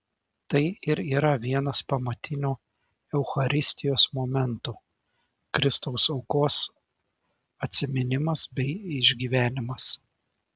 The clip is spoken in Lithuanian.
tai ir yra vienas pamatinių eucharistijos momentų kristaus aukos atsiminimas bei išgyvenimas